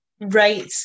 right